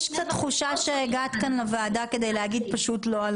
יש כאן תחושה שהגעת לוועדה כדי להגיד: לא,